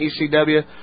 ECW